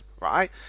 right